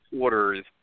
orders